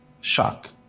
shock